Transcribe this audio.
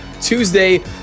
Tuesday